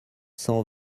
cent